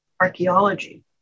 archaeology